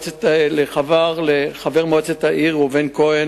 מפקד התחנה מחו"ל זימן מפקד התחנה את חבר מועצת העיר ראובן כהן